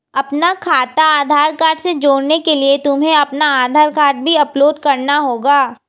अपना खाता आधार कार्ड से जोड़ने के लिए तुम्हें अपना आधार कार्ड भी अपलोड करना होगा